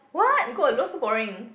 !what! go alone so boring